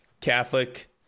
Catholic